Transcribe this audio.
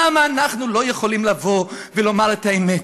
למה אנחנו לא יכולים לבוא ולומר את האמת: